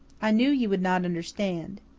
i knew you would not understand.